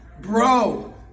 bro